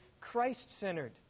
Christ-centered